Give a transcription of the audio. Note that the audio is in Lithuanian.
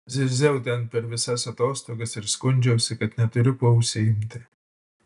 zirziau ten per visas atostogas ir skundžiausi kad neturiu kuo užsiimti